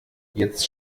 jetzt